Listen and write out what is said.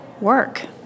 work